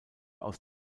aus